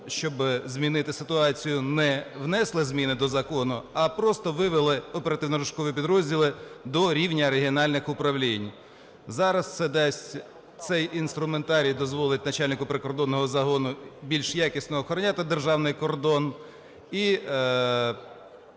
щоб змінити ситуацію, не внесли зміни до закону, а просто вивели оперативно-розшукові підрозділи до рівня регіональних управлінь. Зараз це дасть… цей інструментарій дозволить начальнику прикордонного загону більш якісно охороняти державний кордон і